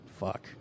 fuck